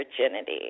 virginity